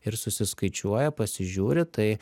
ir susiskaičiuoja pasižiūri tai